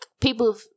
people